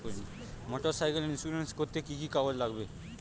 Motorcycle insurance করতে কি কি কাগজ লাগবে?